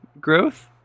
growth